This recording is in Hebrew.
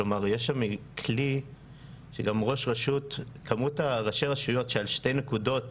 כמות ראשי הרשויות שעל שתי נקודות